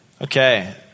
Okay